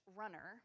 runner